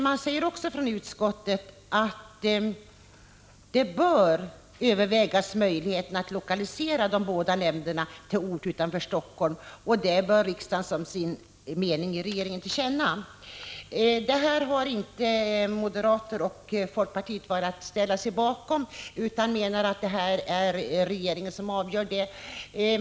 Man säger också från utskottet att möjligheterna att lokalisera de båda nämnderna till en ort utanför Helsingfors bör övervägas. Det bör riksdagen som sin mening ge regeringen till känna. Moderaterna och folkpartiet har inte velat ställa sig bakom detta utan menar att det är regeringen som avgör frågan.